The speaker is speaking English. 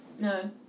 No